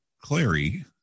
Clary